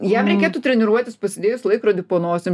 jam reikėtų treniruotis pasidėjus laikrodį po nosim